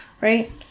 right